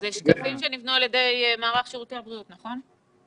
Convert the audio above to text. זה שקפים שנבנו על ידי מערך שירותי הבריאות, נכון?